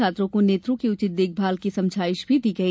छात्रों को नेत्रों की उचित देखभाल की समझाईश दी गई